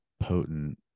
potent